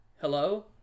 hello